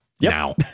now